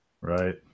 Right